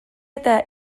eta